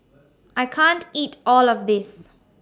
I can't eat All of This